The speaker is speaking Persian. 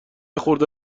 خورده